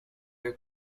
are